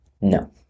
no